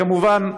כמובן,